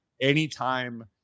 anytime